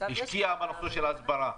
השקיעו בנושא של הסברה.